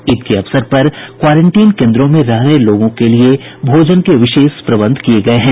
ईद के अवसर पर क्वारेंटीन केन्द्रों में रह रहे लोगों के लिए भोजन के विशेष प्रबंध किये गये हैं